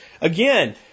again